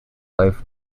loaf